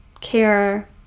care